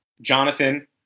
Jonathan